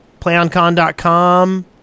playoncon.com